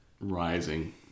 rising